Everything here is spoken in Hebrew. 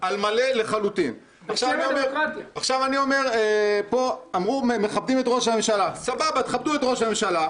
על מה הסייגים שצריכים לשמור עליהם במצב חירום מיוחד,